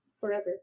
Forever